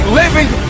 living